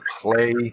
play